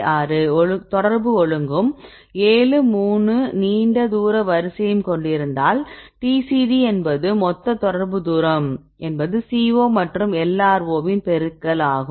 6 தொடர்பு ஒழுங்கும் 7 3 நீண்ட தூர வரிசையும் கொண்டிருந்தால் TCD என்பது மொத்த தொடர்பு தூரம் என்பது CO மற்றும் LRO வின் பெருக்கல் ஆகும்